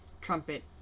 trumpet